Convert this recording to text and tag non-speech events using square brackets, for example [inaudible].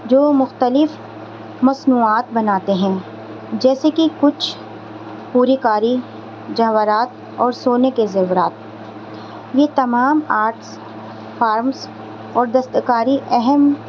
جو مختلف مصنوعات بناتے ہیں جیسے کہ کچھ پوری کاری جواہرات اور سونے کے زیورات یہ تمام آرٹس [unintelligible] اور دست کاری اہم